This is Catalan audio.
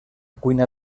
cuina